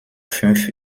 fünf